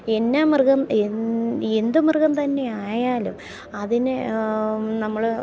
എന്ന മൃഗം എന്ത് മൃഗം തന്നെ ആയാലും അതിനെ നമ്മൾ